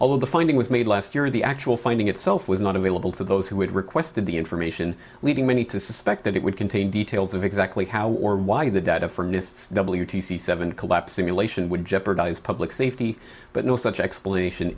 of the finding was made last year the actual finding itself was not available to those who had requested the information leading many to suspect that it would contain details of exactly how or why the data from this w t c seven collapse simulation would jeopardize public safety but no such explanation